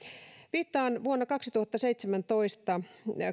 viittaan vuoteen kaksituhattaseitsemäntoista